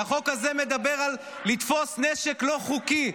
והחוק הזה מדבר על לתפוס נשק לא חוקי,